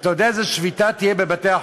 אתה יודע איזו שביתה תהיה בבתי-החולים,